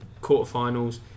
quarterfinals